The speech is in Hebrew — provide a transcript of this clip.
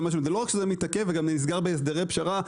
זה לא רק שזה מתעכב, זה גם נסגר בהסדרי פשרה.